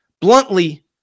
Bluntly